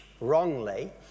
wrongly